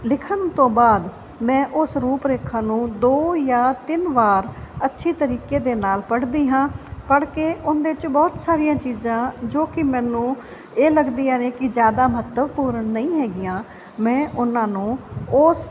ਲਿਖਣ ਤੋਂ ਬਾਅਦ ਮੈਂ ਉਸ ਰੂਪ ਰੇਖਾ ਨੂੰ ਦੋ ਜਾਂ ਤਿੰਨ ਵਾਰ ਅੱਛੀ ਤਰੀਕੇ ਦੇ ਨਾਲ ਪੜ੍ਹਦੀ ਹਾਂ ਪੜ੍ਹ ਕੇ ਉਸ ਦੇ 'ਚ ਬਹੁਤ ਸਾਰੀਆਂ ਚੀਜ਼ਾਂ ਜੋ ਕਿ ਮੈਨੂੰ ਇਹ ਲੱਗਦੀਆਂ ਨੇ ਕਿ ਜ਼ਿਆਦਾ ਮਹੱਤਵਪੂਰਨ ਨਹੀਂ ਹੈਗੀਆਂ ਮੈਂ ਉਹਨਾਂ ਨੂੰ ਉਸ